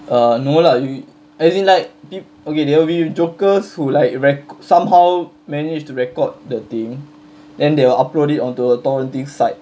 err no lah you as in like okay they'll be jokers who like rec~ somehow manage to record the thing then they will upload it onto a torrenting site